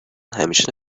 همیشه